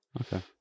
Okay